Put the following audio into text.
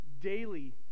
daily